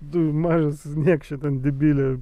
tu mažas niekše ten debile